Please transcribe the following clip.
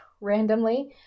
randomly